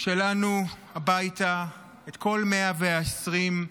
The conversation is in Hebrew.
שלנו הביתה, את כל ה-120.